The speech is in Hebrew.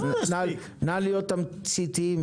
נא להיות תמציתיים.